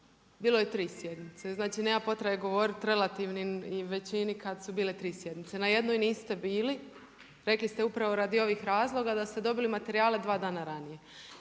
bilo je 3 sjednice, znači nema potrebe govoriti relativnim i većini kada su bile 3 sjednice. Na jednoj niste bili, rekli ste upravo radi ovih razloga da ste dobili materijale 2 dana ranije.